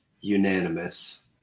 unanimous